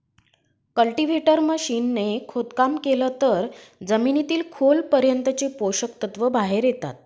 cultivator machine ने खोदकाम केलं तर जमिनीतील खोल पर्यंतचे पोषक तत्व बाहेर येता